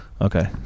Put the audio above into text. Okay